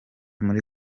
muri